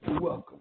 Welcome